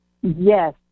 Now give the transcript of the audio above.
Yes